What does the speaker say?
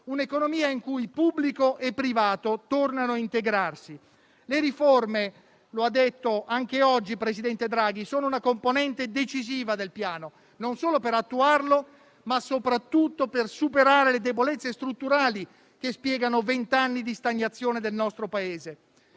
un'economia in cui pubblico e privato tornano a integrarsi. Le riforme, come ha detto anche oggi, signor Presidente del Consiglio, sono una componente decisiva del Piano non solo per attuarlo, ma soprattutto per superare le debolezze strutturali che spiegano vent'anni di stagnazione del nostro Paese.